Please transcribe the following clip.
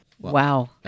Wow